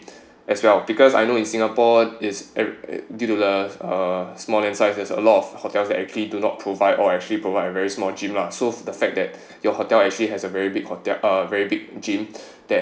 as well because I know in singapore is uh due to uh small in sizes there's a lot of hotels that actually do not provide or actually provide a very small gym lah so the fact that your hotel actually has a very big hotel~ uh very big gym that